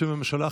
בשם הממשלה,